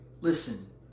listen